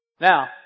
now